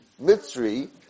Mitzri